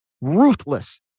ruthless